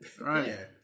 right